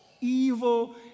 evil